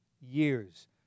years